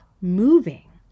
moving